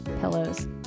Pillows